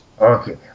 Okay